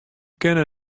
kinne